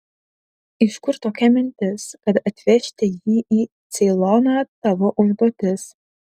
iš kur tokia mintis kad atvežti jį į ceiloną tavo užduotis